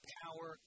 power